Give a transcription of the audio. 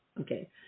Okay